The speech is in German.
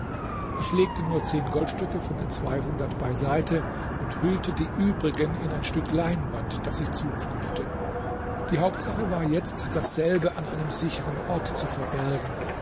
ich legte nur zehn goldstücke von den zweihundert beiseite und hüllte die übrigen in ein stück leinwand das ich zuknüpfte die hauptsache war jetzt dasselbe an einem sichern ort zu verbergen